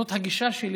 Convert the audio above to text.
זאת הייתה הגישה שלי.